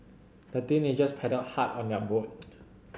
the teenagers paddled hard on their boat